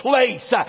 place